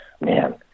man